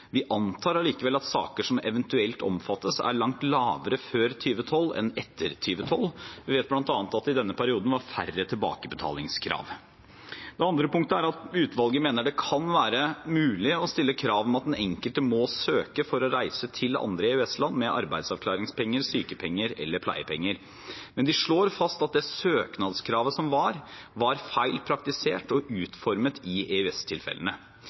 Vi antar likevel at antall saker som eventuelt omfattes, er langt lavere før 2012 enn etter 2012. Vi vet bl.a. at det i denne perioden var færre tilbakebetalingskrav. Det andre punktet er at utvalget mener at det kan være mulig å stille krav om at den enkelte må søke for å reise til andre EØS-land med arbeidsavklaringspenger, sykepenger eller pleiepenger, men de slår fast at det søknadskravet som var, har vært feil praktisert og utformet i